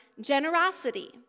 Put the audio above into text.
generosity